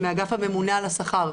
מאגף הממונה על השכר,